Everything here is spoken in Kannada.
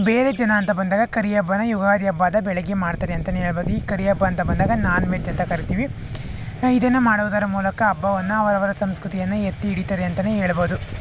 ಬೇರೆ ಜನ ಅಂತ ಬಂದಾಗ ಕರಿ ಹಬ್ಬನ ಯುಗಾದಿ ಹಬ್ಬದ ಬೆಳಗ್ಗೆ ಮಾಡ್ತಾರೆ ಅಂತಲೇ ಹೇಳ್ಬೋದು ಈ ಕರಿ ಹಬ್ಬ ಅಂತ ಬಂದಾಗ ನಾನ್ ವೆಜ್ ಅಂತ ಕರಿತೀವಿ ಇದನ್ನು ಮಾಡುವುದರ ಮೂಲಕ ಹಬ್ಬವನ್ನು ಅವರವರ ಸಂಸ್ಕೃತಿಯನ್ನು ಎತ್ತಿ ಹಿಡಿತಾರೆ ಅಂತಲೇ ಹೇಳ್ಬೋದು